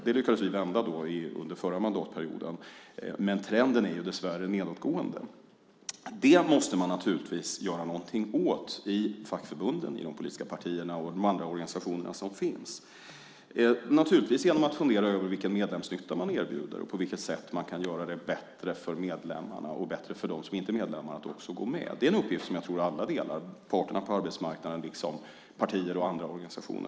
Det lyckades vi vända under förra mandatperioden, men trenden är dessvärre nedåtgående. Det måste man naturligtvis göra någonting åt i fackförbunden, i de politiska partierna och i andra organisationer genom att fundera över vilken medlemsnytta man erbjuder, på vilket sätt man kan göra det bättre för medlemmarna och bättre för dem som inte är medlemmar att gå med. Det är en uppgift som jag tror att alla delar, parterna på arbetsmarknaden liksom partier och andra organisationer.